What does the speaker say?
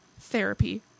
therapy